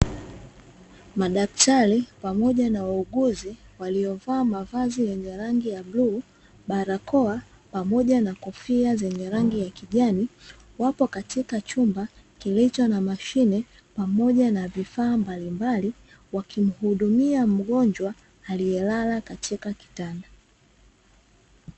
Madaktari pamoja na wauguzi waliovaa mavazi yenye rangi ya bluu, barakoa pamoja na kofia zenye rangi ya kijani, wapo katika chumba kilicho na mashine pamoja na vifaa mbalimbali, wakimuhudumia mgonjwa aliyelala katika kitanda.